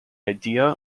idea